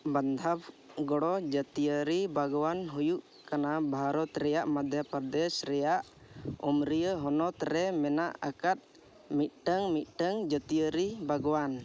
ᱵᱚᱱᱫᱷᱚᱵᱽᱜᱚᱲ ᱡᱟᱹᱛᱤᱭᱟᱹᱨᱤ ᱵᱟᱜᱽᱣᱟᱱ ᱦᱩᱭᱩᱜ ᱠᱟᱱᱟ ᱵᱷᱟᱨᱚᱛ ᱨᱮᱱᱟᱜ ᱢᱚᱫᱽᱫᱷᱚᱯᱨᱚᱫᱮᱥ ᱨᱮᱱᱟᱜ ᱩᱢᱨᱤᱭᱟᱹ ᱦᱚᱱᱚᱛ ᱨᱮ ᱢᱮᱱᱟᱜ ᱟᱠᱟᱫ ᱢᱤᱫᱴᱟᱝ ᱢᱤᱫᱴᱟᱝ ᱡᱟᱹᱛᱤᱭᱟᱹᱨᱤ ᱵᱟᱜᱽᱣᱟᱱ